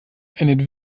ernährt